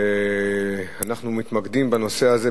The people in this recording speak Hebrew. אנחנו מתמקדים בנושא הזה,